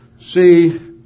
See